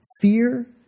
fear